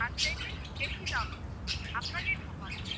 তার চাইতে বেশি দাম দেব আপনাকে ঠকাবো না